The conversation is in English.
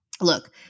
look